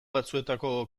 batzuetako